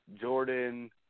Jordan